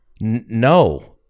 No